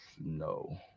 No